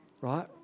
right